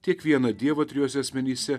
tiek vieną dievą trijuose asmenyse